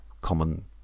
common